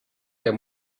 der